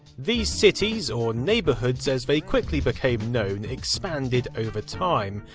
these cities, or neighbourhoods as they quickly became known, expanded over time.